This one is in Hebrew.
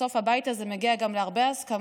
בסוף הבית הזה גם מגיע להרבה הסכמות